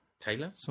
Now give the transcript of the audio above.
Taylor